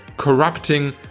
Corrupting